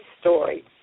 story